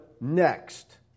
next